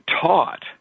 taught